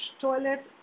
toilet